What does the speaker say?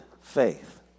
Faith